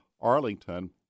Arlington